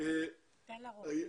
אני אתן לך להתייחס.